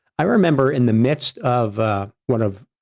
i remember in the midst of ah one of